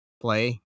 play